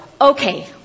Okay